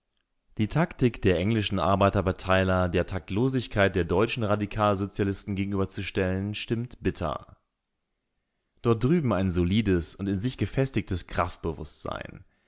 die taktik der englischen arbeiterparteiler der taktiklosigkeit der deutschen radikalsozialisten gegenüberzustellen stimmt bitter dort drüben ein solides und in sich gefestigtes kraftbewußtsein